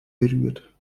berührt